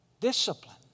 Discipline